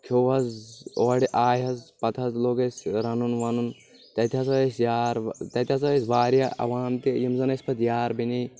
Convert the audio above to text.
کھٮ۪و حظ اورٕ آے حظ پتہٕ حظ لوٚگ اسہِ رنُن ونُن تتہِ ہسا أسۍ یار تتہِ ہسا أسۍ واریاہ عوام تہِ یِم زن اسہِ پتہٕ یار بنے